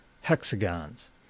hexagons